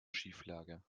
schieflage